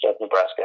Nebraska